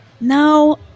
No